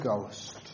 Ghost